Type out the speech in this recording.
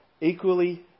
equally